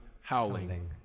howling